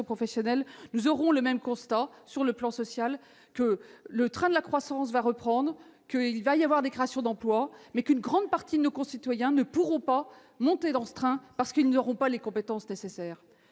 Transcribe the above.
professionnelle, nous ferons le même constat sur le plan social : le train de la croissance va reprendre, entraînant des créations d'emplois, et une grande partie de nos concitoyens ne pourront pas monter dans ce train parce qu'ils n'auront pas les compétences nécessaires.